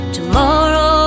Tomorrow